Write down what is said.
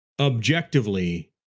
objectively